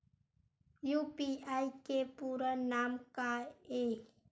UPI के पूरा नाम का ये?